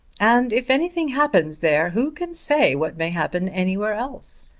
and if anything happens there who can say what may happen anywhere else?